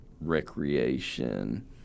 recreation